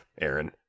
Aaron